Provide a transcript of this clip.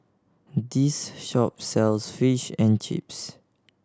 this shop sells Fish and Chips